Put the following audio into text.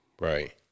Right